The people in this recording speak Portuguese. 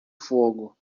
fogo